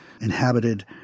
inhabited